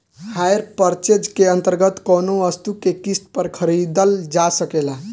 hire purchase के अंतर्गत कौनो वस्तु के किस्त पर खरीदल जा सकेला